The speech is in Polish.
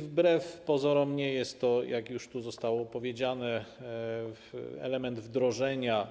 Wbrew pozorom nie jest to, jak już tu zostało powiedziane, element wdrożenia